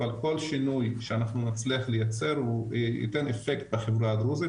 אבל כל שינוי שאנחנו נצליח ליצר הוא ייתן אפקט בחברה הדרוזית,